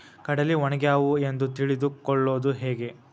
ಕಡಲಿ ಒಣಗ್ಯಾವು ಎಂದು ತಿಳಿದು ಕೊಳ್ಳೋದು ಹೇಗೆ?